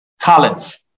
Talents